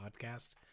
podcast